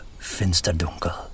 Finsterdunkel